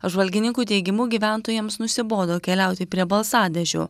apžvalgininkų teigimu gyventojams nusibodo keliauti prie balsadėžių